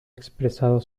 expresado